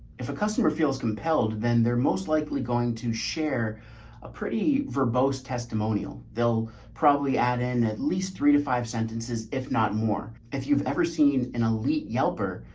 if a customer feels compelled, then they're most likely going to share a pretty verbose testimonial. they'll probably add in at least three to five sentences, if not more. if you've ever seen an elite yelper,